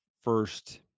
first